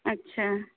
اچھا